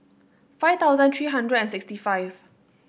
five thousand three hundred and sixty five